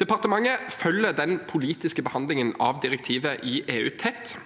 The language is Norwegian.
Departementet følger den politiske behandlingen av direktivet i EU